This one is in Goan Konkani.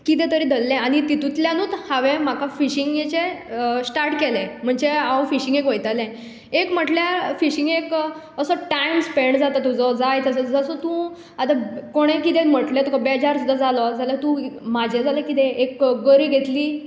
कितें तरी धल्लें आनी तातूंल्यानूच हांवें म्हाका फिशिंगेचे स्टार्ट केलें म्हणजे हांव फिशींगेक वयतलें एक म्हणल्यार फिशींगेक कितलो टायम स्पँड जाता तुजो जायतसो जसो तूं आता कोणे कितें म्हणले तुका बेजार सुद्दां जालो जाल्यार तूं म्हजे जाल्यार कितें एक गरी घेतली